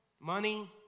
money